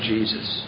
Jesus